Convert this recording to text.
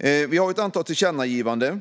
finns ett antal tillkännagivanden.